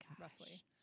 roughly